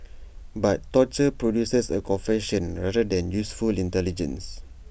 but torture produces A confession rather than useful intelligence